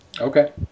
Okay